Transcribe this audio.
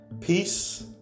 peace